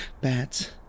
bats